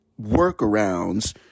workarounds